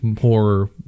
horror